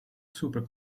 super